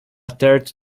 third